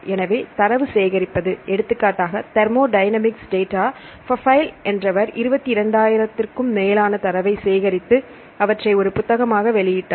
எனவே தரவு சேகரிப்பு எடுத்துக்காட்டாக தெர்மோடைனமிக்ஸ் டேட்டா பஃயில் என்றவர் 22000 மேலான தரவை சேகரித்து அவற்றை ஒரு புத்தகமாக வெளியிட்டார்